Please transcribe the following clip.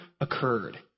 occurred